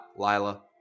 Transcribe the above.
Lila